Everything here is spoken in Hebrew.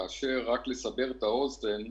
רק לסבר את האוזן,